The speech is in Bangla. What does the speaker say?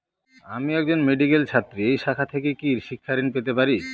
আমি একজন মেডিক্যাল ছাত্রী এই শাখা থেকে কি শিক্ষাঋণ পেতে পারি?